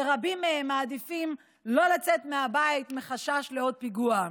שרבים מהם מעדיפים לא לצאת מהבית מחשש לעוד פיגוע.